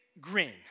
green